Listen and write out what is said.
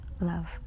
Love